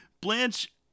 Blanche